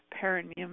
perineum